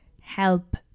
Help